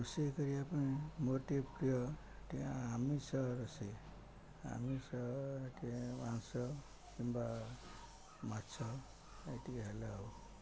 ରୋଷେଇ କରିବା ପାଇଁ ମୋର ଟିକେ ପ୍ରିୟ ଟିକେ ଆମିଷ ରୋଷେଇ ଆମିଷ ଟିକେ ମାଂସ କିମ୍ବା ମାଛ ଏତକି ହେଲା ଆଉ